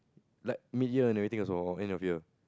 like mid year or anything so end of year